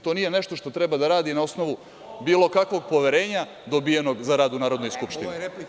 To nije nešto što treba da radi na osnov bilo kakvog poverenja dobijenog za rad u Narodnoj skupštini.